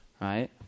right